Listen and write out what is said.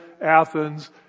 Athens